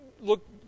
look